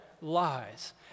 lies